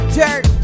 dirt